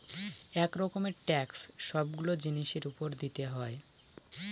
এক রকমের ট্যাক্স সবগুলো জিনিসের উপর দিতে হয়